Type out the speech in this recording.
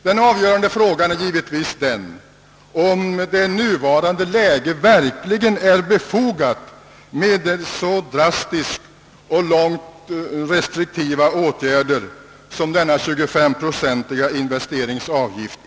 Den avgörande frågan är givetvis om det i nuvarande läge verkligen är befogat med en så drastisk och långt gående restriktiv åtgärd som denna 25 procentiga investeringsavgift.